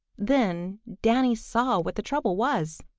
then danny saw what the trouble was.